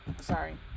sorry